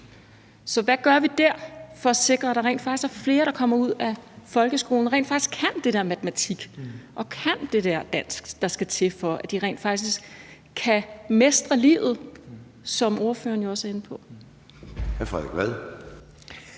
så hvad gør vi der for at sikre, at der er flere, der kommer ud af folkeskolen og rent faktisk kan det der matematik og kan det der dansk, der skal til, for at de rent faktisk kan mestre livet, som ordføreren jo også er inde på? Kl. 11:07